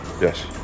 Yes